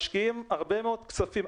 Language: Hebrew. משקיעים הרבה מאוד כספים.